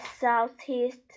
southeast